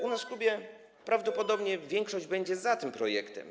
U nas w klubie prawdopodobnie większość będzie za tym projektem.